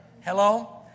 Hello